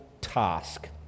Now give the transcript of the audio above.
task